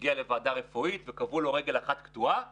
הטכנולוגיות הן טכנולוגיות ישנות.